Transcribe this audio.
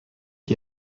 qui